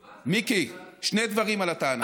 מיקי, שני הדברים על הטענה.